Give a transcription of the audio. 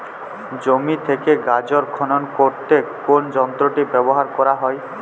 জমি থেকে গাজর খনন করতে কোন যন্ত্রটি ব্যবহার করা হয়?